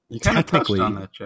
Technically